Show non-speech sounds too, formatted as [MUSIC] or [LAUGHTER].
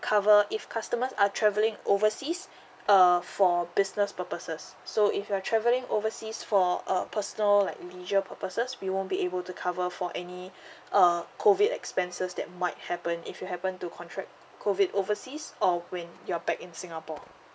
cover if customers are travelling overseas err for business purposes so if you are travelling overseas for a personal like leisure purposes we won't be able to cover for any [BREATH] uh COVID expenses that might happen if you happen to contract COVID overseas or when you're back in singapore